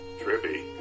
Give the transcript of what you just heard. Trippy